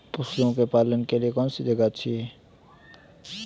पशुओं के पालन के लिए कौनसी जगह अच्छी है?